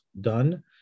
done